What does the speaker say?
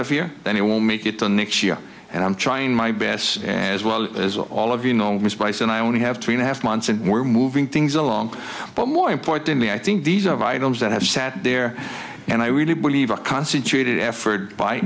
of here then it will make it to next year and i'm trying my best as well as all of you know mispriced and i only have two and a half months and we're moving things along but more importantly i think these are of items that have sat there and i really believe a concentrated effort by